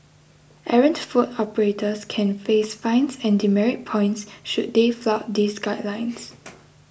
errant food operators can face fines and demerit points should they flout these guidelines